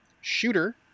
shooter